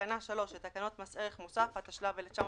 בתקנה 3 לתקנות מס ערך מוסף, התשל"ו-1976,